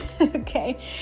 okay